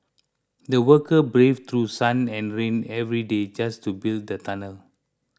the workers braved through sun and rain every day just to build the tunnel